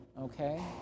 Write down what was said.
okay